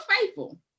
faithful